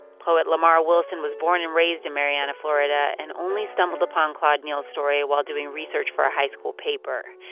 poet lamar wilson was born and raised in marianna, fla, and and only stumbled upon claude neal's story while doing research for a high school paper.